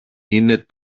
είναι